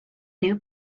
new